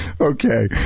Okay